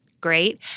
Great